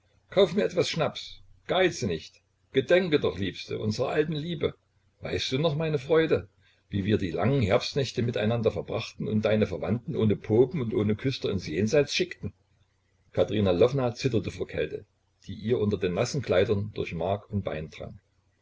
kauf mir etwas schnaps geize nicht gedenke doch liebste unserer alten liebe weißt du noch meine freude wie wir die langen herbstnächte miteinander verbrachten und deine verwandten ohne popen und ohne küster ins jenseits schickten katerina lwowna zitterte vor kälte die ihr unter den nassen kleidern durch mark und bein drang